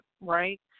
right